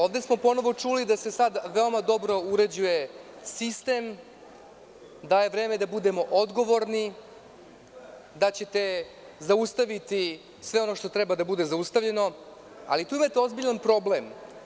Ovde smo ponovo čuli da se sad veoma dobro uređuje sistem, da je vreme da budemo odgovorni, da ćete zaustaviti sve ono što treba da bude zaustavljeno, ali tu imate ozbiljan problem.